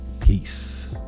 peace